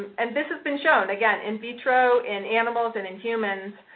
and this has been shown, again, in-vitro in animals, and in humans,